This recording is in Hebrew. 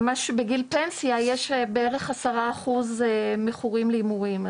בגיל פנסיה יש בערך עשרה אחוז מכורים להימורים.